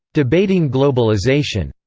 debating globalization.